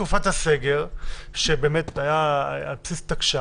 הרי בתקופת הסגר הציבור היה ממושמע.